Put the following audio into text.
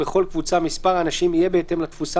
בכל קבוצה מספר האנשים יהיה בהתאם לתפוסה